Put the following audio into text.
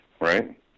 right